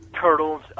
Turtles